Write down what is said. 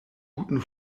guten